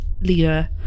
leader